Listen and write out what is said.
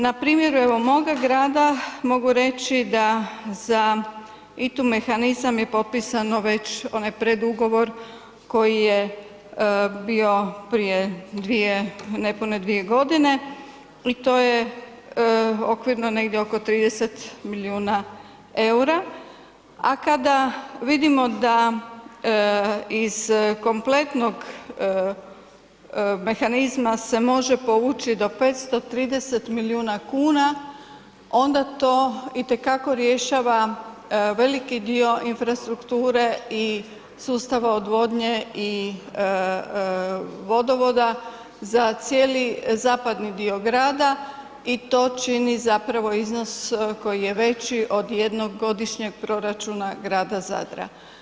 Npr. evo moga grada, mogu reći da za ITU mehanizam je potpisano već onaj predugovor koji je bio prije 2, nepune 2 godine i to je okvirno negdje oko 30 milijuna eura, a kada vidimo da iz kompletnog mehanizma se može povući do 530 milijuna kuna, onda to i te kako rješava veliki dio infrastrukture i sustava odvodnje i vodovoda za cijeli zapadni dio grada i to čini zapravo iznos koji je veći od jednogodišnjeg proračuna grada Zadra.